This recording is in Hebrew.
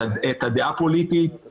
את הדעה הפוליטית,